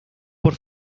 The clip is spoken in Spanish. por